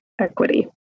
equity